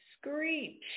screech